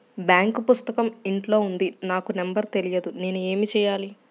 Bank పుస్తకం ఇంట్లో ఉంది నాకు నంబర్ తెలియదు నేను ఏమి చెయ్యాలి?